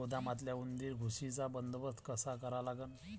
गोदामातल्या उंदीर, घुशीचा बंदोबस्त कसा करा लागन?